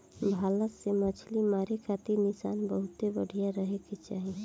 भला से मछली मारे खातिर निशाना बहुते बढ़िया रहे के चाही